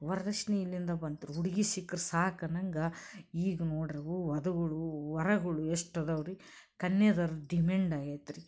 ವರ್ದಕ್ಷಿಣೆ ಎಲ್ಲಿಂದ ಬಂತು ರೀ ಹುಡುಗಿ ಸಿಕ್ಕರೆ ಸಾಕು ಅನ್ನೋಂಗೆ ಈಗ ನೋಡಿ ರೀ ವಧುಗಳು ವರಗಳು ಎಷ್ಟು ಅದಾವ್ ರೀ ಕನ್ಯಾದವ್ರ ಡಿಮ್ಯಾಂಡ್ ಆಗೇತಿ ರೀ